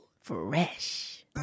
Fresh